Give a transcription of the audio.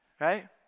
Right